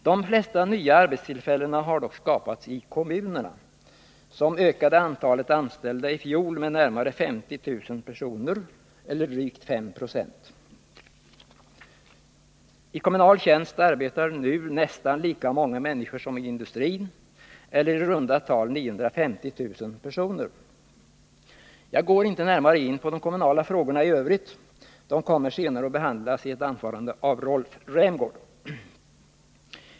De flesta nya arbetstillfällena har dock skapats i kommunerna, som ökade antalet anställda i fjol med närmare 50 000 personer eller med drygt 5 20. I kommunal tjänst arbetar nu nästan lika många människor som i industrin — eller i runt tal 950 000 personer. Jag går inte närmare in på de kommunala frågorna i övrigt. Dessa kommer senare att behandlas i ett anförande av Rolf Rämgård.